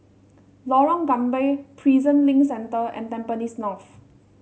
Lorong Gambir Prison Link Centre and Tampines North